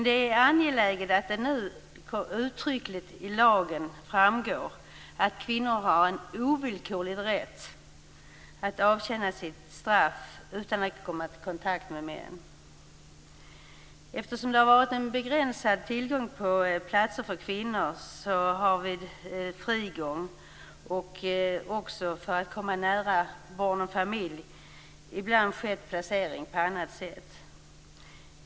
Det är angeläget att det nu uttryckligt i lagen framgår att kvinnor har en ovillkorlig rätt att avtjäna sitt straff utan att komma i kontakt med män. Eftersom det har funnits en begränsad tillgång på platser för kvinnor vid frigång och för att komma nära barn och familj har placering ibland skett på annat sätt.